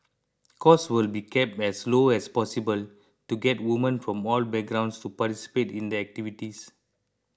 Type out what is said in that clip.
cost will be kept as low as possible to get women from all backgrounds to participate in the activities